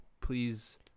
please